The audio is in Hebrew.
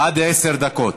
עד עשר דקות.